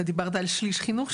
אתה דיברת על שליש חינוך,